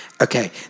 Okay